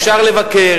אפשר לבקר,